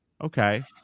Okay